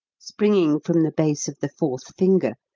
springing from the base of the fourth finger,